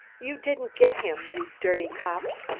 you didn't get him, you dirty cops.